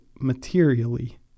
materially